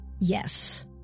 Yes